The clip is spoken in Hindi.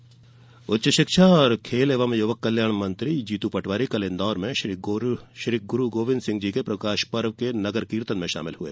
जीतू पटवारी उच्च शिक्षा और खेल एवं युवक कल्याण मंत्री जीतू पटवारी कल इंदौर में श्री गुरू गोविंद सिंह के प्रकाश पर्व के संदर्भ में नगर कीर्तन में शामिल हुए